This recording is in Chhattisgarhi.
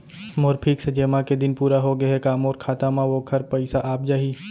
मोर फिक्स जेमा के दिन पूरा होगे हे का मोर खाता म वोखर पइसा आप जाही?